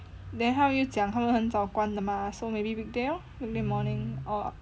then 他又讲他们很早关的嘛 so maybe weekday lor weekday morning or